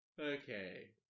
Okay